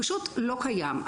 פשוט לא קיים.